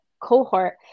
cohort